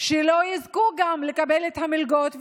שלא יזכו לקבל את המלגות,